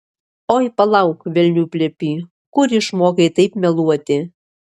oi palauk velnių plepy kur išmokai taip meluoti